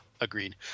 agreed